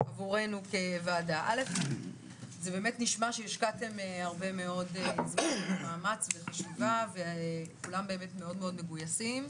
זה באמת נשמע שהשקעתם הרבה זמן מאמץ וחשיבה וכולם באמת מאוד מגויסים.